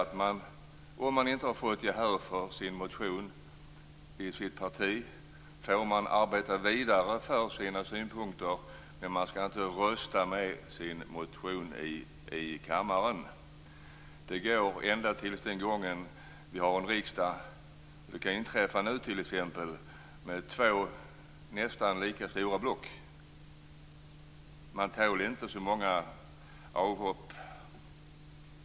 Om man inte har fått gehör för sin motion i sitt parti får man arbeta vidare för sina synpunkter, men man skall inte begära votering om sin motion i kammaren. När man, som nu, har en riksdag med två nästan lika stora block är det känsligt med avhopp.